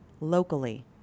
locally